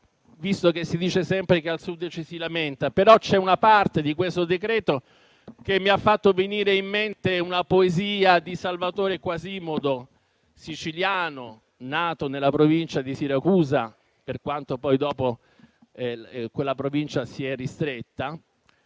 visto che si dice sempre che al Sud ci si lamenta, ma c'è una parte di questo decreto che mi ha fatto venire in mente una poesia di Salvatore Quasimodo, siciliano nato nella Provincia di Siracusa, per quanto poi quella Provincia si è ristretta,